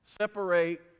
separate